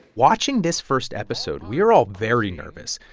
watching this first episode, we are all very nervous.